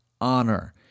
honor